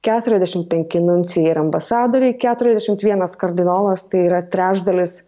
keturiasdešimt penki nuncijai ir ambasadoriai keturiasdešimt vienas kardinolas tai yra trečdalis